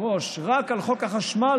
רשום.